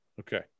Okay